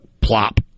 plop